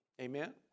amen